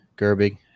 Gerbig